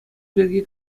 пирки